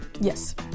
Yes